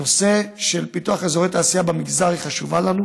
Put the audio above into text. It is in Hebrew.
הנושא של פיתוח אזורי תעשייה במגזר חשוב לנו,